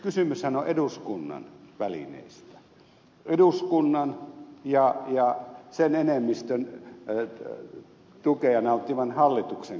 kysymyshän on eduskunnan välineestä eduskunnan ja sen enemmistön tukea nauttivan hallituksen kanavasta